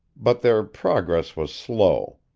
but their progress was slow.